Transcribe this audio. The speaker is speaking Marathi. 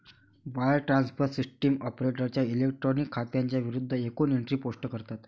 वायर ट्रान्सफर सिस्टीम ऑपरेटरच्या इलेक्ट्रॉनिक खात्यांच्या विरूद्ध एकूण एंट्री पोस्ट करतात